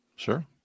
Sure